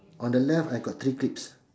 on uh on the left I got three clips